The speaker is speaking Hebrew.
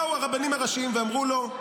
באו הרבנים הראשיים ואמרו לו: